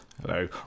Hello